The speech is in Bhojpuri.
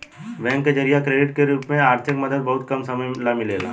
बैंक के जरिया क्रेडिट के रूप में आर्थिक मदद बहुते कम समय ला मिलेला